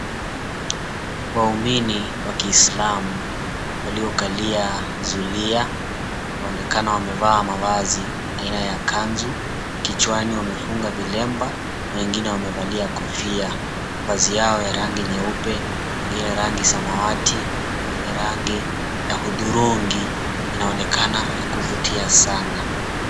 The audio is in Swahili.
Waumini wa kiislamu waliokalia zulia wanaonekana wamevaa mavazi aina ya kanzu, kichwani wamefunga vilemba na wengine wamevalia kofia, vazi yao ya rangi nyeupe, nyingine rangi samawati, nyingine rangi ya hudhurungi inaonekana ya kuvutia sana.